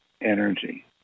energy